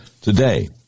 today